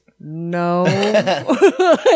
No